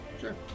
Sure